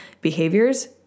behaviors